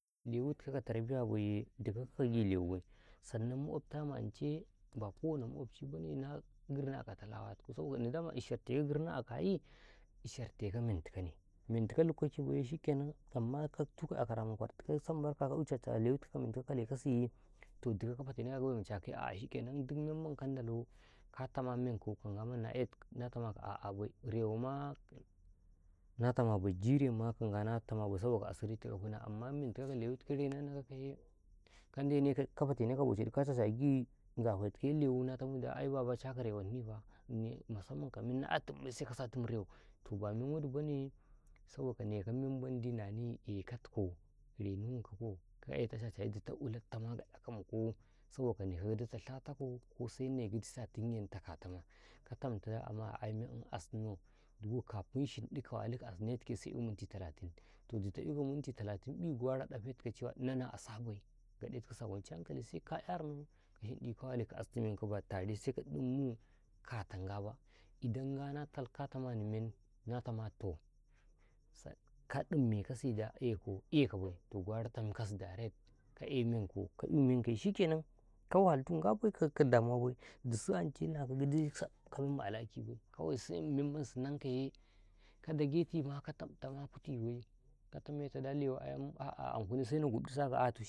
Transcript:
﻿Lewi tikaw ka tarbiya wai dikaw kagi lewi sanan makotama ance ba kowane makwabci bane na girne a kataaw lawa tikaw saboka ini dama ishartekaw girna a kayi ishartekaw mentikaw ne mentikaw lukkake baye swhikenan amma katuka kyekarama kwartikaya sam barka ka'i chacah a lewi tikaw mentoh ka kalekasiye toh diko ka fatenekaw a gaba ma chakaya toh a'a shikenan dik memandi ka ndalo ka tama menko ka ngwa mandi na tamakaw a'a bai rewoma natama bai jire ma ka ngwa natama bai saboka asiri tikaw ka huna amma mentikaw ka lewi tikaw renannakaye ka ndenekaw ka fatekaw ka chacha agi nzafe tikaw lewi na tanui ai Baba chaka riwaninfa ini ka menna astum bai sa kasatin riwo tohba menwadi bane saboka nekaw memandi nani ekatikaw reninkakaw ka etaw chachaye ditoh ulo gaɗaka muko saboka neko gidi tasha tako kosa neko gidita tingenta katawma ka tantaw da ama aimen assino dugo kufin shiɗikaw walikaw asnekayi se'i mimti talatin toh ditoh ika minti talatin'i gwammma ɗafe tikaw inaw na asa bai gaɗe tikasi atitta hankali ka kyarno ka yinɗi ka wali ka astu menkaw baseka ɗummu kata nga bai in nga ka tamani men na tama toh ka ɗumme kase da tama toh ka ɗumme kase da ekaw, bai toh gwamma tankasi kakyai menko ka'i menkoye shikenan ka wahaitu nga bai ka damuwa bai dusus ance nakaw gidika memma alaki bai kawai se memma su nankaye ka dage tema ka tantawma gida'i bai ka tantaw da ankuni lewi ayam aa anhun senadagu aa toh shh.